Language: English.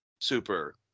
super